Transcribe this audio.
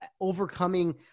overcoming